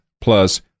plus